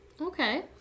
Okay